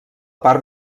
part